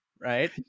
right